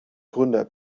gründer